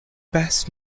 best